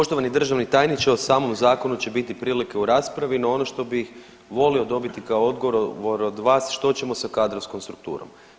Poštovani državni tajniče o samom zakonu će biti prilike u raspravi no ono što bi volio dobiti kao odgovor od vas što ćemo sa kadrovskom strukturom?